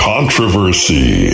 Controversy